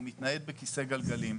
הוא מתנייד בכיסא גלגלים,